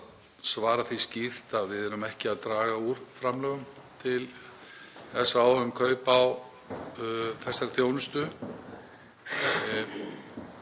svara því skýrt að við erum ekki að draga úr framlögum til SÁÁ um kaup á þessari þjónustu.